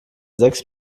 sechs